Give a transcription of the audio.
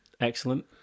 Excellent